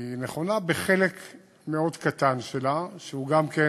היא נכונה בחלק מאוד קטן שלה, שהוא גם כן